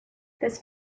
this